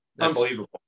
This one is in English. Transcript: Unbelievable